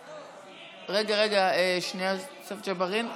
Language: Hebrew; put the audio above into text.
רגע, שנייה, יוסף ג'בארין,